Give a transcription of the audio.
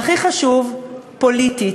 והכי חשוב, פוליטית.